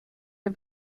der